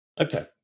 Okay